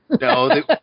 No